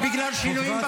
זה מה